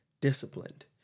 disciplined